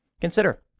Consider